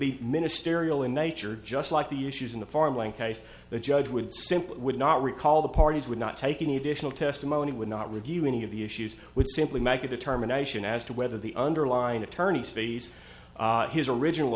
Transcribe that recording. be ministerial in nature just like the issues in the farmland case the judge would simply would not recall the parties would not take any additional testimony would not review any of the issues would simply make a determination as to whether the underlying attorney's fees his original